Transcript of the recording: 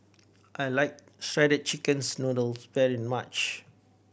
I like shredded chickens noodles very much